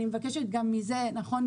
נכון,